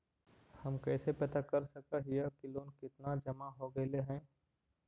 हम कैसे पता कर सक हिय की लोन कितना जमा हो गइले हैं?